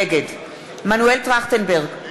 נגד מנואל טרכטנברג,